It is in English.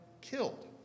killed